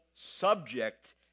subject